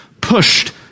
pushed